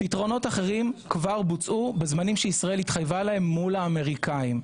פתרונות אחרים כבר בוצעו בזמנים שישראל התחייבה להם מול האמריקנים.